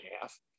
half